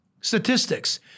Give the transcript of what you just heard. statistics